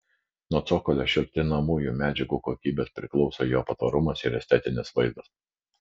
nuo cokolio šiltinamųjų medžiagų kokybės priklauso jo patvarumas ir estetinis vaizdas